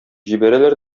җибәрәләр